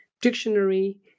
dictionary